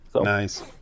nice